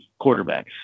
quarterbacks